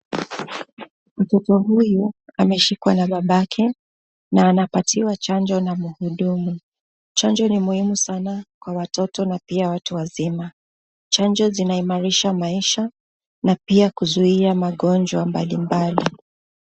Mtoto huyu ameshikwa na babake na anapatiwa chanjo na mhudumu. Chanjo ni muhimu sana kwa watoto na pia watu wazima. Chanjo zinaimarisha na pia kuzuia magonjwa mbalimbali.